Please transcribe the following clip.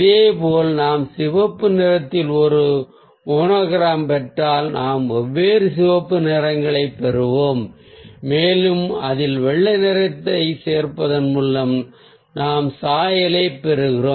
இதேபோல் நாம் சிவப்பு நிறத்தில் ஒரு மோனோக்ரோம் பெற்றால் நாம் சிவப்பு நிறங்களின் வெவ்வேறு நிறச்சாயங்களை பெறுவோம் மேலும் அதில் வெள்ளை நிறத்தை சேர்ப்பதன் மூலம் நாம் சாயலைப் பெறுகிறோம்